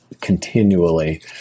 continually